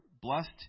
blessed